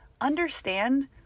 understand